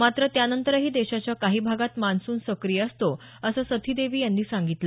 मात्र त्यानंतरही देशाच्या काही भागात मान्सून सक्रीय राहातो असं सथी देवी यांनी सांगितलं